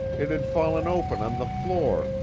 it had fallen open on the floor,